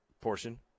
portion